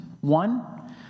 One